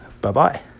Bye-bye